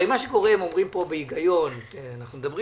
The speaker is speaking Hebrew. הרי מה שקורה, הם אומרים פה בהיגיון, כן,